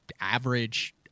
average